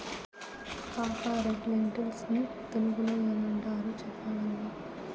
పాపా, red lentils ని తెలుగులో ఏమంటారు చెప్పగలవా